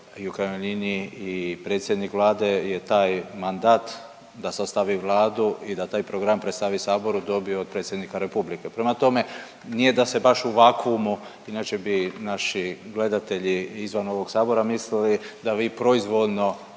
i u krajnjoj liniji i predsjednik Vlade je taj mandat da sastavi Vladu i da taj program predstavi saboru dobio od predsjednika republike. Prema tome, nije da se baš u vakuumu, inače bi naši gledatelji izvan ovog sabora mislili da vi proizvoljno